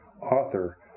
author